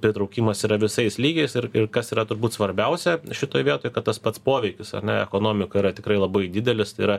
pritraukimas yra visais lygiais ir ir kas yra turbūt svarbiausia šitoj vietoj kad tas pats poveikis ar ne ekonomika yra tikrai labai didelis tai yra